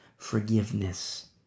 forgiveness